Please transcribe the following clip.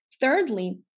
Thirdly